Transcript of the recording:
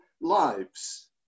lives